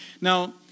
Now